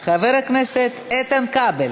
39 חברי כנסת בעד, אחד מתנגד,